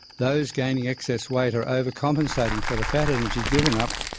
those gaining excess weight are over-compensating for the fat energy given up,